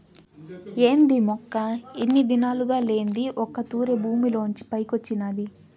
ఏంది మొక్క ఇన్ని దినాలుగా లేంది ఒక్క తూరె భూమిలోంచి పైకొచ్చినాది